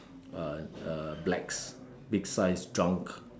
uh uh blacks big sized drunk